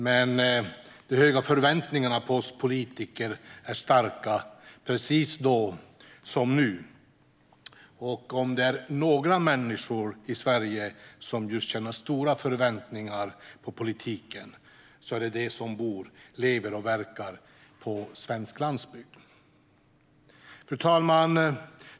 Men de höga förväntningarna på oss politiker är starka precis då som nu. Och om det är några människor i Sverige som just känner stora förväntningar på politiken är det de som bor, lever och verkar på svensk landsbygd. Fru talman!